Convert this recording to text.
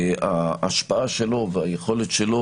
ההשפעה שלו והיכולת שלו,